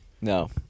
No